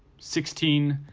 sixteen.